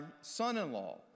son-in-law